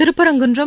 Thiruparankundram